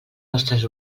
nostres